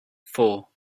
four